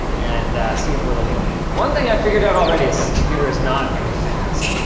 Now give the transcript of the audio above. and see what we're looking at. one thing i figured out already is this computer is not very fast.